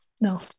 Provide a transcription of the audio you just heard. no